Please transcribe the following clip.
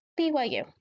BYU